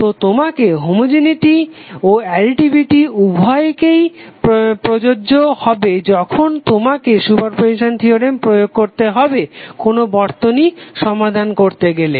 তো তোমাকে হোমোজেনেটি ও অ্যাডিটিভিটি উভয়েই প্রযোজ্য হবে যখন তোমাকে সুপারপজিসান থিওরেম প্রয়োগ করতে হবে কোনো বর্তনী সমাধান করতে গেলে